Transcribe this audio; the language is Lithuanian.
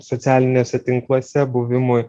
socialiniuose tinkluose buvimui